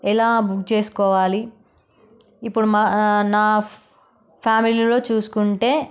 ఎలా బుక్ చేసుకోవాలి ఇప్పుడు నా ఫ్యామిలీలో చూసుకుంటే